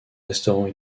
restaurant